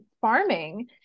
farming